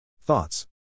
Thoughts